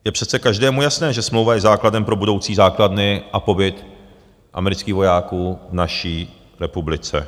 Je přece každému jasné, že smlouva je základem pro budoucí základny a pobyt amerických vojáků v naší republice.